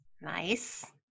Nice